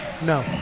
No